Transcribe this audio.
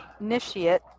initiate